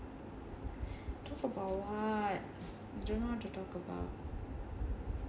talk about what I don't know what to talk about